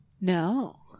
No